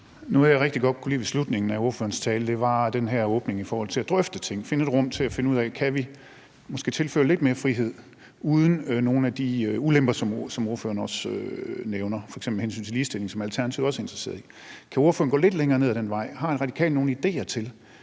jeg rigtig godt kunne lide ved slutningen af ordførerens tale, var den her åbning i forhold til at drøfte ting – finde et rum til at finde ud af: Kan vi måske tilføre lidt mere frihed uden nogen af de ulemper, som ordføreren også nævner, f.eks. hensynet til ligestilling, som Alternativet også er interesseret i? Kan ordføreren gå lidt længere ned ad den vej: Har Radikale nogle idéer til,